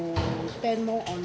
to turn more on